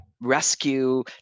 rescue